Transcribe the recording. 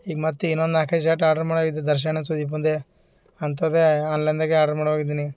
ಈಗ ಮತ್ತೆ ಇನ್ನೊಂದು ನಾಲ್ಕೈದು ಶರ್ಟ್ ಆಡ್ರ್ ಮಾಡಿ ದರ್ಶನ್ ಸುದೀಪಂದೆ ಅಂಥದ್ದೇ ಆನ್ಲೈನ್ದಾಗೆ ಆಡ್ರ್ ಮಾಡುವಗಿದ್ದೀನಿ